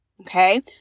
okay